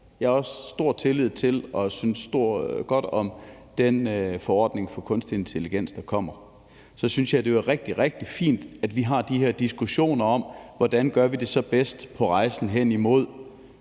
Jeg har også stor tillid til og synes godt om den forordning om kunstig intelligens, der kommer. Så synes jeg, at det er rigtig, rigtig fint, at vi har de her diskussioner om, hvordan vi så gør det bedst på rejsen hen imod